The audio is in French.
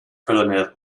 colonel